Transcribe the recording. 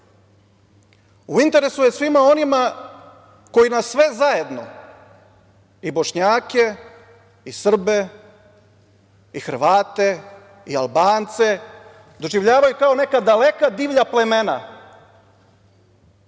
U interesu je svima onima kojima sve zajedno i Bošnjake i Srbe i Hrvate i Albance doživljavaju kao neka divlja plemena